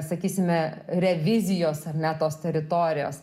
sakysime revizijos ar ne tos teritorijos